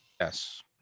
Yes